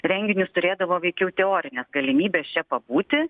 renginius turėdavo veikiau teorines galimybes čia pabūti